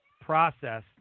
process